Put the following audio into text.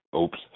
oops